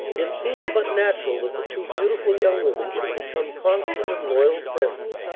it seemed but natural that the two beautiful young women should become constant and loyal friends.